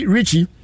Richie